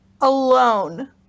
Alone